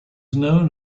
known